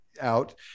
out